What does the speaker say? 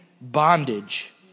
bondage